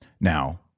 Now